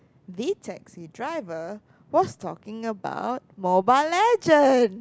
the taxi driver was talking about Mobile Legend